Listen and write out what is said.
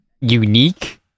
unique